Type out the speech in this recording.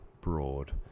broad